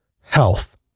health